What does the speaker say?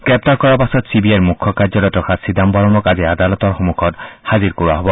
গ্ৰেপ্তাৰ কৰাৰ পাছত চি বি আইৰ মুখ্য কাৰ্যালয়ত ৰখা চিদাম্বৰমক আজি আদালতৰ সন্মুখত হাজিৰ কৰোৱা হ'ব